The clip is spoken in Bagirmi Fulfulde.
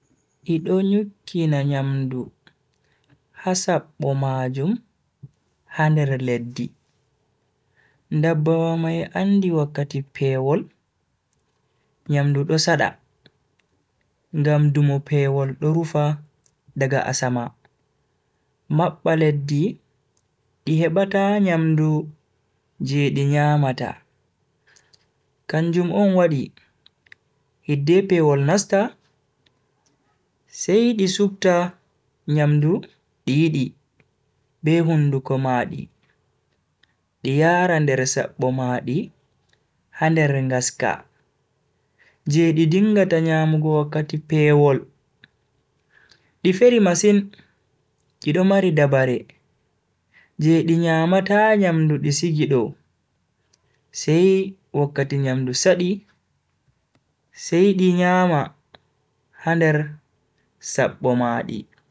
Di do nyukkina nyamdu ha sabbo majum ha nder leddi. Ndabbawa mai andi wakkati pewol nyamdu do sada ngam dumo pewol do rufa daga asama mabba leddi di hebata nyamdu je di nyamata, kanjum on wadi hidde pewol nasta sai di supta nyamdu di yidi be hunduko maadi, mi yara nder sabbo maadi ha nder gaska je di dingata nyamugo wakkkati pewol. di feri masin di do mari dabare je di nyamata nyamdu di sigi do sai wakkati nyamdu sadi sai di nyama ha nder sabbo maadi.